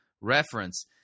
reference